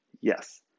Yes